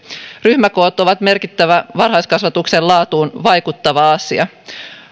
ryhmäkoot ovat merkittävä varhaiskasvatuksen laatuun vaikuttava asia